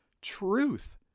truth